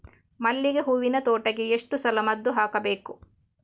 ಮಲ್ಲಿಗೆ ಹೂವಿನ ತೋಟಕ್ಕೆ ಎಷ್ಟು ಸಲ ಮದ್ದು ಹಾಕಬೇಕು?